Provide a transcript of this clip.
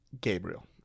Gabriel